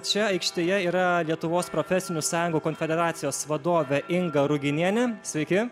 čia aikštėje yra lietuvos profesinių sąjungų konfederacijos vadovė inga ruginienė sveiki